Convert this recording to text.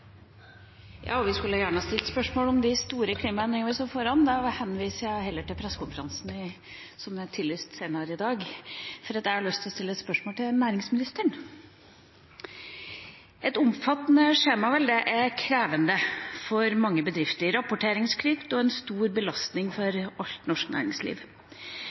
Vi skulle gjerne ha stilt spørsmål om de store klimaendringene vi står foran. Jeg henviser heller til pressekonferansen som er tillyst senere i dag, for jeg har lyst til å stille et spørsmål til næringsministeren. Et omfattende skjemavelde er krevende for mange bedrifter. Rapporteringsplikt er en stor belastning for alt norsk næringsliv.